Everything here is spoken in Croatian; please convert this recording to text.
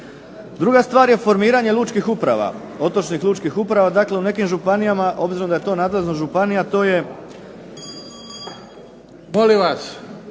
Druga stvar je formiranje lučkih uprava, otočnih lučkih uprava. Dakle, u nekim županijama obzirom da je to nadležnost županija, a to je. **Bebić,